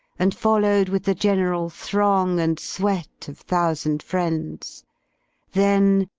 and follow'd with the generall throng, and sweat of thousand friends then,